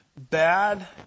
Bad